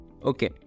okay